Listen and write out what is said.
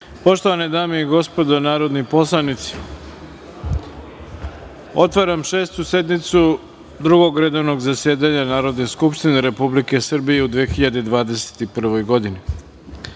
Poštovane dame i gospodo narodni poslanici, otvaram Šestu sednicu Drugog redovnog zasedanja Narodne skupštine Republike Srbije u 2021. godini. Pozivam